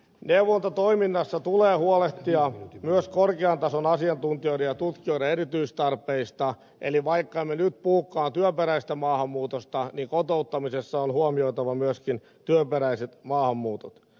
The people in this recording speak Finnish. neuvontatoiminnassa tulee huolehtia myös korkean tason asiantuntijoiden ja tutkijoiden erityistarpeista eli vaikka emme nyt puhukaan työperäisestä maahanmuutosta kotouttamisessa on huomioitava myöskin työperäiset maahanmuutot